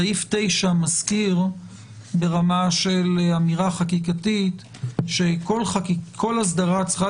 סעיף 9 מזכיר ברמה של אמירה חקיקתית שכל אסדרה צריכה